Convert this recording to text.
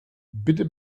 bitte